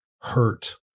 hurt